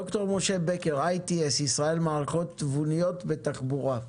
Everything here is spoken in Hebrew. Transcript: ד"ר משה בקר, ITS, ישראל מערכות תבוניות בתחבורה.